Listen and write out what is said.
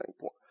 point